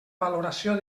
valoració